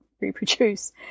reproduce